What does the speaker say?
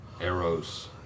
arrows